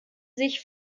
sich